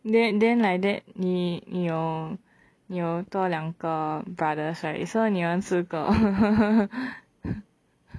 then then like that 你你有你有多两个 brothers right so 你们四个